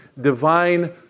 divine